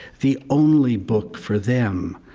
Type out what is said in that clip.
the only book for them.